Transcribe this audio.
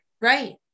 Right